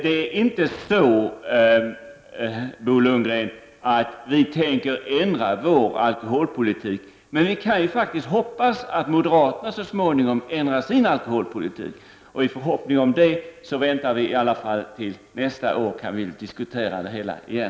Vi tänker inte ändra vår alkoholpolitik, Bo Lundgren, men vi kan ju hoppas att moderaterna så småningom ändrar sin alkoholpolitik. I förhoppningen om det väntar vi till nästa år, då vi kan diskutera frågan igen.